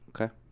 Okay